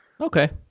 Okay